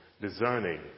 discerning